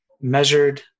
measured